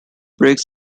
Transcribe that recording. breaks